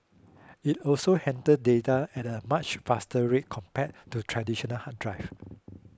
it also handled data at a much faster rate compared to traditional hard drive